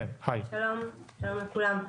שלום לכולם.